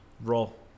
Roll